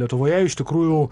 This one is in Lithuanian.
lietuvoje iš tikrųjų